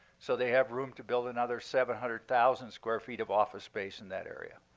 so they have room to build another seven hundred thousand square feet of office space in that area.